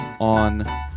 on